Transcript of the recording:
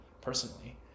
personally